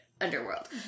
underworld